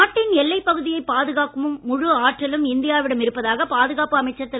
நாட்டின் எல்லைப் பகுதியை பாதுகாக்கும் முழு ஆற்றலும் இந்தியாவிடம் இருப்பதாக பாதுகாப்பு அமைச்சர் திரு